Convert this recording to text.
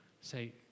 say